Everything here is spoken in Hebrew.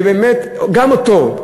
ובאמת, גם אותו,